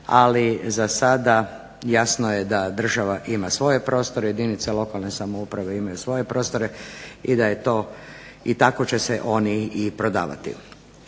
ali za sada jasno je da država ima svoje prostore, jedinice lokalne samouprave svoje prostore i tako će se oni i prodavati.